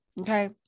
okay